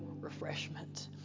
refreshment